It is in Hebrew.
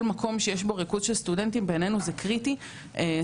מקום שיש בו ריכוז של סטודנטים זה קריטי בעינינו.